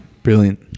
Brilliant